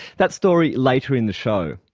that story later in the show.